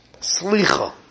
slicha